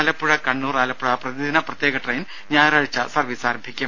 ആലപ്പുഴ കണ്ണൂർ ആലപ്പുഴ പ്രതിദിന പ്രത്യേക ട്രെയിൻ ഞായറാഴ്ച സർവീസ് ആരംഭിക്കും